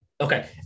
Okay